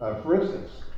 ah for instance,